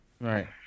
Right